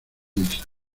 misa